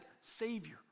Savior